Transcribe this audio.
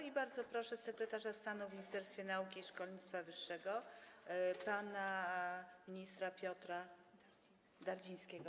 I bardzo proszę sekretarza stanu w Ministerstwie Nauki i Szkolnictwa Wyższego pana ministra Piotra Dardzińskiego.